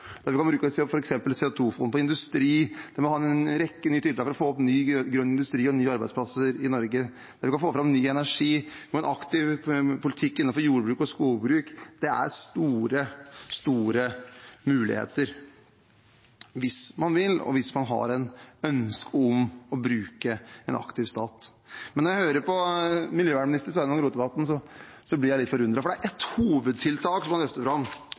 vi kan f.eks. bruke CO 2 -fond på industri, for vi må ha en rekke nye tiltak for å få opp ny grønn industri og nye arbeidsplasser i Norge. Videre kan vi få fram ny energi og ha en aktiv politikk innenfor jordbruk og skogbruk. Det er store muligheter hvis man vil, og hvis man har et ønske om å bruke en aktiv stat. Men når jeg hører på klima- og miljøminister Sveinung Rotevatn, blir jeg litt forundret, for det er ett hovedtiltak han løfter fram.